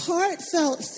Heartfelt